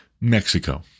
Mexico